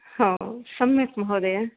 हो सम्यक् महोदय